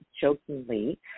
jokingly